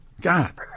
God –